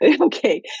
Okay